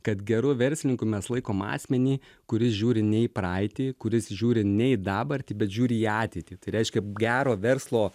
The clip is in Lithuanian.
kad geru verslininku mes laikom asmenį kuris žiūri ne į praeitį kuris žiūri ne į dabartį bet žiūri į ateitį tai reiškia gero verslo